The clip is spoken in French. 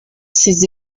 ses